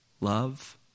Love